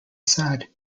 facade